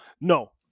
no